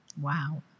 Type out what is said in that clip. Wow